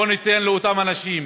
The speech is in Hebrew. בוא ניתן לאותם אנשים